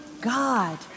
God